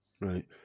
Right